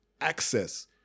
access